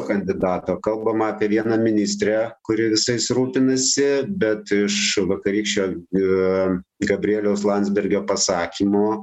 kandidato kalbama apie vieną ministrę kuri visais rūpinasi bet iš vakarykščio ir gabrieliaus landsbergio pasakymo